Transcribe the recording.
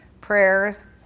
prayers